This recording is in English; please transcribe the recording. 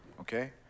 Okay